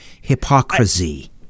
hypocrisy